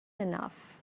enough